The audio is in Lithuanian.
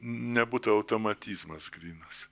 nebūtų automatizmas grynas